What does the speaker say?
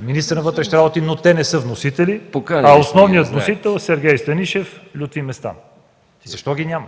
министъра на вътрешните работи, но те не са вносители, а основният вносител е Сергей Станишев и Лютви Местан. Защо ги няма?